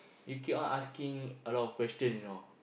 you keep on asking a lot of question you know